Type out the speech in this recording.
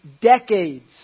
decades